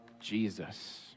Jesus